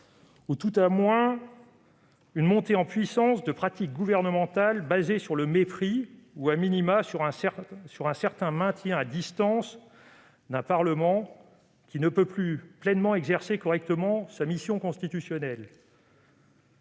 ou, du moins, une montée en puissance de pratiques gouvernementales basées sur le mépris ou,, un certain maintien à distance du Parlement, qui ne peut plus pleinement exercer correctement sa mission constitutionnelle.